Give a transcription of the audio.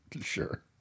Sure